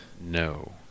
No